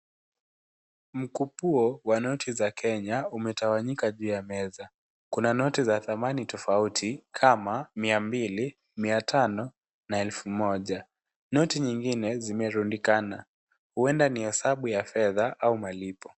Mkupuo wa noti za Kenya, umetawanyika juu ya meza. Kuna noti za thamani tofauti kama mia mbili, mia tano na elfu moja. Noti nyingine zimerundikana, huenda ni hesabu ya fedha au malipo.